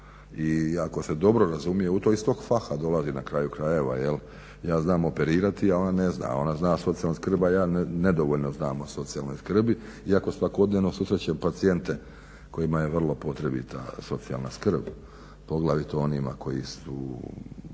I jako se dobro razumije u to, iz tog faha dolazi na kraju krajeva, ja znam operirati a ona ne zna a ona za socijalnu skrb a ja nedovoljno znam o socijalnoj skrbi iako svakodnevno susrećem pacijente kojima je vrlo potrebita socijalna skrb poglavito onima koji su